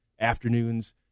afternoons